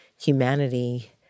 humanity